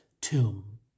tomb